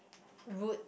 rude